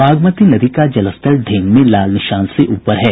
बागमती नदी का जलस्तर ढेंग में लाल निशान से ऊपर है